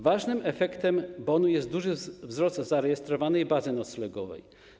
Ważnym efektem bonu jest duży wzrost zarejestrowanej bazy noclegowej.